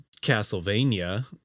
Castlevania